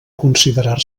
considerar